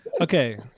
Okay